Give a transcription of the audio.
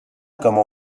comment